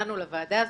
שהתכוננו לוועדה הזאת.